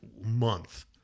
month